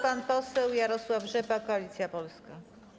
Pan poseł Jarosław Rzepa, Koalicja Polska.